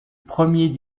premier